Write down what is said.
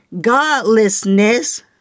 godlessness